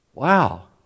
Wow